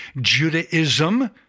Judaism